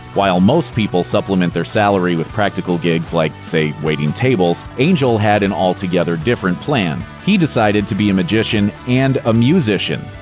while most people supplement their salary with practical gigs like, say, waiting tables, angel had an altogether different plan. he decided to be a magician and a musician.